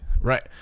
Right